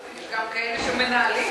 יש גם כאלה שמנהלים.